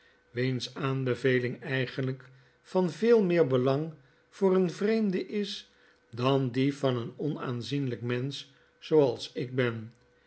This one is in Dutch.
wiens aanbeveling eigenlyk van veel meer belang voor een vreemde is dan die van een onaanzienlyk mensch zooals ik ben